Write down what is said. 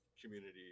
community